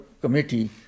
committee